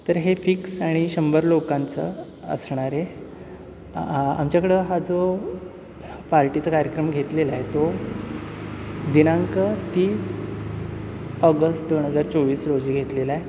तर हे फिक्स आणि शंभर लोकांचं असणार आहे आमच्याकडं हा जो पार्टीचा कार्यक्रम घेतलेला आहे तो दिनांक तीस ऑगस्ट दोन हजार चोवीस रोजी घेतलेला आहे